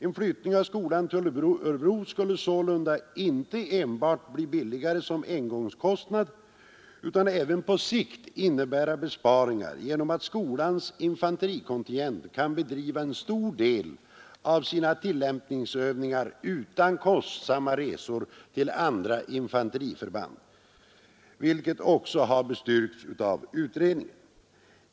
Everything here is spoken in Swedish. En flyttning av skolan till Örebro skulle sålunda inte enbart bli billigare beträffande engångskostnaden utan den skulle även på sikt innebära besparingar genom att skolans infanterikontingent kan bedriva en stor del av sina tillämpningsövningar utan kostsamma resor till andra infanteriförband — vilket också har bestyrkts av utredningen.